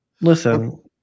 Listen